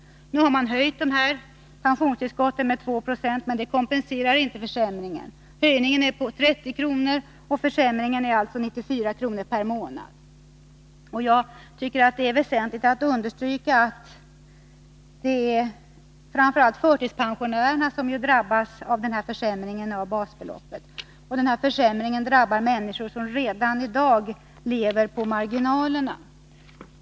Nu har man höjt pensionstillskotten med 2 26, men det kompenserar inte försämringen. Höjningen är på 30 kr. per månad. Försämringen är alltså 94 kr. per månad. Jag tycker det är väsentligt att understryka att det är framför allt förtidspensionärerna som drabbas av försämringen av basbeloppet. Denna försämring drabbar människor som redan i dag lever på marginalerna.